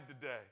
today